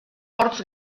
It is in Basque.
hortz